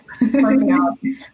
personality